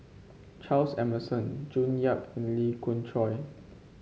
Charles Emmerson June Yap and Lee Khoon Choy